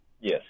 Yes